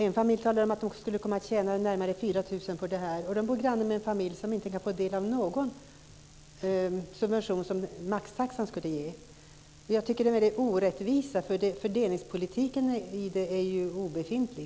En familj talar om att man skulle komma att tjäna närmare 4 000 kr på maxtaxan. Den familjen bor granne med en familj som inte kan få del av den subvention som maxtaxan skulle ge. Jag tycker att det här är en stor orättvisa. Fördelningspolitiken i detta är ju obefintlig.